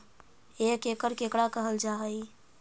एक एकड़ केकरा कहल जा हइ?